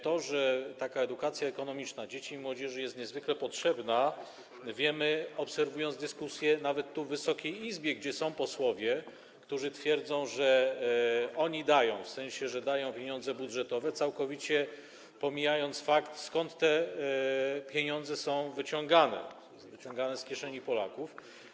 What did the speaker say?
To, że taka edukacja ekonomiczna dzieci i młodzieży jest niezwykle potrzebna, wiemy, obserwując dyskusje nawet tu, w Wysokiej Izbie, gdzie są posłowie, którzy twierdzą, że oni dają, w sensie, że dają pieniądze budżetowe, całkowicie pomijając fakt, stąd te pieniądze są wyciągane - są wyciągane z kieszeni Polaków.